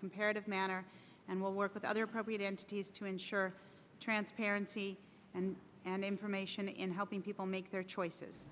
comparative manner and will work with other appropriate entities to ensure transparency and and information in helping people make their choices